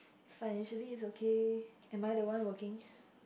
financially it's okay am I the one working